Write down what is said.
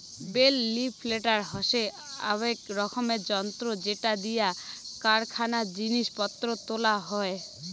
bell lifter হসে আক রকমের যন্ত্র যেটা দিয়া কারখানায় জিনিস পত্র তোলা হই